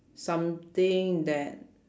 something that